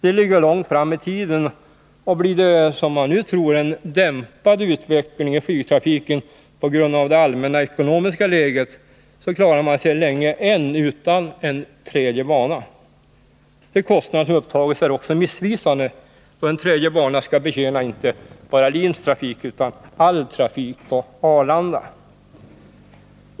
Den ligger långt fram i tiden och blir det, som man nu tror, en dämpad utveckling av flygtrafiken på grund av det allmänna ekonomiska läget så klarar man sig länge än utan en tredje bana. De kostnader som upptagits är också missvisande, då en tredje bana skall betjäna inte bara LIN:s trafik utan all trafik på Arlanda.